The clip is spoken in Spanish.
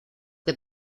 que